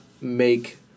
make